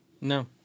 No